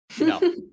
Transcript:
No